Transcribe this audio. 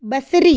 बसरी